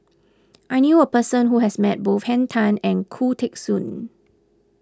I knew a person who has met both Henn Tan and Khoo Teng Soon